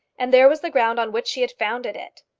and there was the ground on which she had founded it!